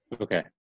Okay